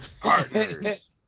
Partners